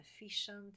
efficient